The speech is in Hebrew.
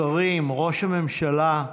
שרים, ראש הממשלה,